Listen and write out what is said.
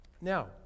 Now